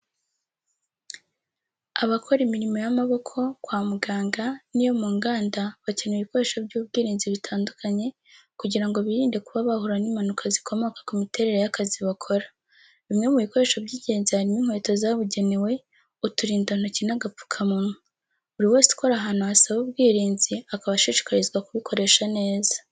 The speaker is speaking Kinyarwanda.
Abakora imirimo y'amaboko, kwa muganga, n'iyo mu nganda bakenera ibikoresho by'ubwirinzi bitandukanye kugira ngo birinde kuba bahura n'impanuka zikomoka ku miterere y'akazi bakora, bimwe mu bikoresho by'ingenzi harimo inkweto zabugenewe, uturindantoki n'agapfukamunwa buri wese ukora ahantu hasaba ubwirinzi akaba ashishikarizwa kubikoresha neza.